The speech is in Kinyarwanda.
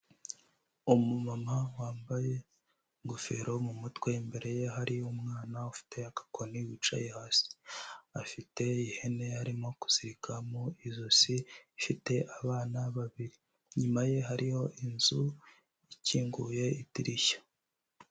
Umumama wambaye ingofero mu mutwe, imbere ye hari umwana ufite agakoni wicaye hasi, afite ihene arimo kuzirika mu ijosi, ifite abana babiri, inyuma ye hariho inzu ikinguye idirishya.